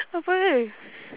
apa